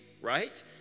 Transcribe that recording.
right